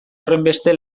horrenbeste